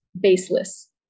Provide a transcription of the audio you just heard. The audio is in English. baseless